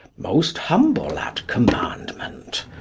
most humble at commandment,